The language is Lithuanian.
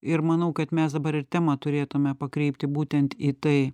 ir manau kad mes dabar ir temą turėtume pakreipti būtent į tai